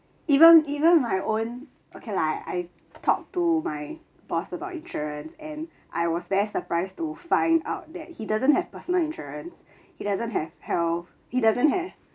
even even my own okay lah I I talk to my boss about insurance and I was very surprised to find out that he doesn't have personal insurance he doesn't have health he doesn't have